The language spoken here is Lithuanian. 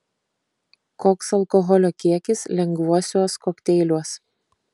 koks alkoholio kiekis lengvuosiuos kokteiliuos